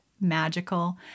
magical